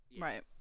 Right